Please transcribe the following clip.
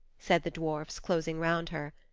said the dwarfs, closing round her.